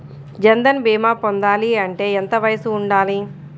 జన్ధన్ భీమా పొందాలి అంటే ఎంత వయసు ఉండాలి?